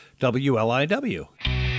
wliw